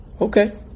Okay